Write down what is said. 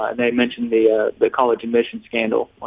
ah they mentioned the ah the college admissions scandal.